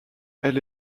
elle